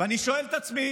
ואני שואל את עצמי